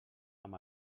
amb